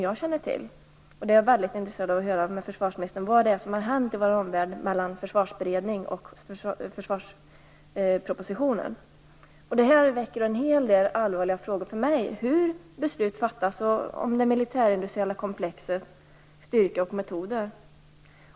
Jag är väldigt intresserad av att höra från försvarsministern vad som har hänt i vår omvärld från tiden för försvarsberedningens bedömning och fram till framläggandet av försvarspropositionen. Det här väcker en hel del allvarliga frågor hos mig om hur beslut fattas och om det militärindustriella komplexets styrka och metoder.